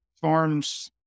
farms